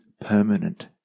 permanent